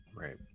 right